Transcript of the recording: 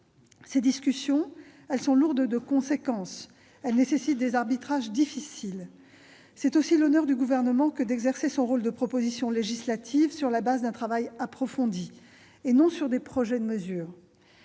Ces discussions sont lourdes de conséquences. Elles nécessitent des arbitrages difficiles. C'est aussi l'honneur du Gouvernement d'exercer son rôle de proposition législative sur la base d'un travail approfondi, et non sur de simples projets de mesures.